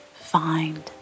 find